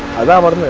about one